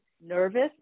nervous